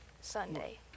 Sunday